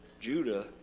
Judah